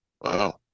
Wow